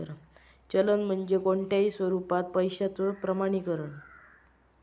चलन म्हणजे कोणताही स्वरूपात पैशाचो प्रमाणीकरण